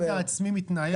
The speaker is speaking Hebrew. אני בעצמי מתנער מזה.